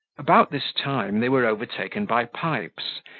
about this time, they were overtaken by pipes,